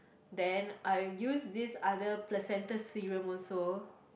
then I use this other placentas serum also